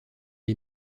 est